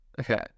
Okay